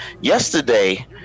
Yesterday